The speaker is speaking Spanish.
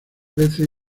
veces